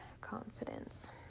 confidence